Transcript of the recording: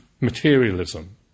materialism